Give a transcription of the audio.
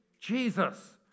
Jesus